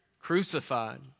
crucified